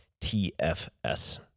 tfs